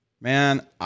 Man